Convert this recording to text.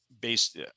based